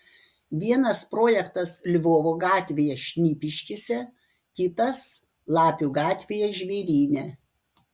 vienas projektas lvovo gatvėje šnipiškėse kitas lapių gatvėje žvėryne